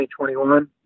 2021